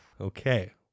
Okay